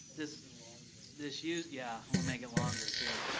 this this used yeah, i'll make longer, too.